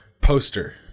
poster